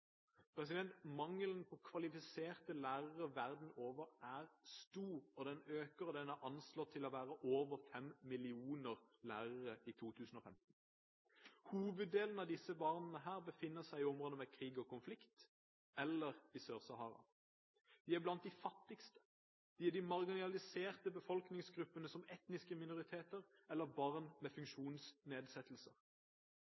Mangelen på kvalifiserte lærere verden over er stor, og den øker. Den er anslått til å være på over fem millioner lærere i 2015. Hoveddelen av disse barna befinner seg i områder med krig og konflikt eller i Sør-Sahara. De er blant de fattigste, de er de marginaliserte befolkningsgruppene som etniske minoriteter eller barn med